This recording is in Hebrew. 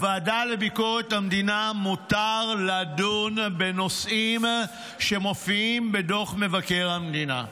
לוועדה לביקורת המדינה מותר לדון בנושאים שמופיעים בדוח מבקר המדינה.